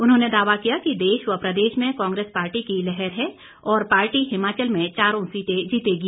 उन्होंने दावा किया कि देश व प्रदेश में कांग्रेस पार्टी की लहर है और पार्टी हिमाचल में चारों सीटें जीतेगी